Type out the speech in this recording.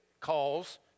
calls